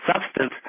substance